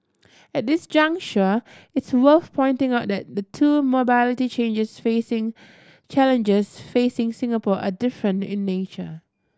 at this juncture it's worth pointing out that the two mobility changes facing challenges facing Singapore are different in nature